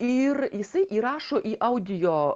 ir jisai įrašo į audio